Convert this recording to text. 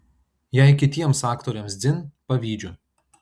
jei kitiems aktoriams dzin pavydžiu